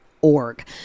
org